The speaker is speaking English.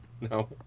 No